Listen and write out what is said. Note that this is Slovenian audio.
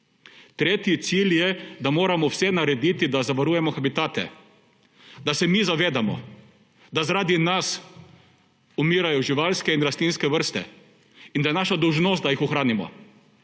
Tretji cilj je, da moramo vse narediti, da zavarujemo habitate. Da se mi zavedamo, da zaradi nas umirajo živalske in rastlinske vrste, in da je naša dolžnost, da jih ohranimo.